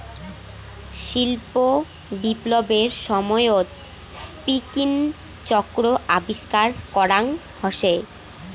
শিল্প বিপ্লবের সময়ত স্পিনিং চক্র আবিষ্কার করাং হসে